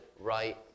right